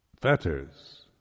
fetters